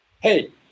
Hey